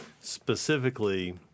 Specifically